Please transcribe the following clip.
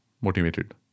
motivated